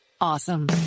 awesome